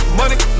money